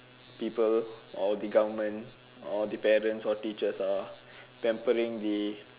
people or the government or the parents or the teachers are pampering the